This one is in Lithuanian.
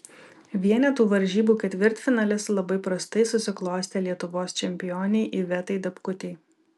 vienetų varžybų ketvirtfinalis labai prastai susiklostė lietuvos čempionei ivetai dapkutei